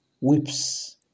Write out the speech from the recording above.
whips